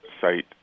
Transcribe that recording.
site